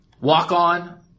walk-on